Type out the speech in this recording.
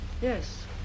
Yes